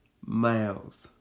mouth